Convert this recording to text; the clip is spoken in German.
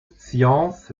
sciences